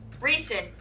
recent